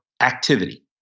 activity